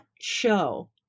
show